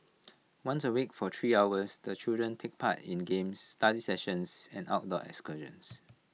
once A week for three hours the children take part in games study sessions and outdoor excursions